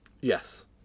Yes